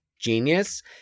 genius